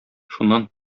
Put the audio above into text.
шуннан